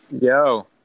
Yo